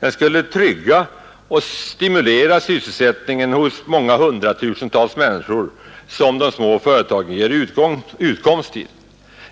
Den skulle trygga och stimulera sysselsättningen hos hundratusentals människor för vilka de små företagen ger utkomst.